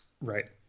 Right